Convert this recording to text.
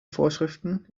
vorschriften